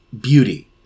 beauty